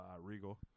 Regal